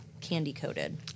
candy-coated